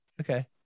Okay